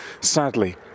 sadly